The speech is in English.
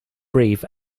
brief